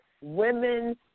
women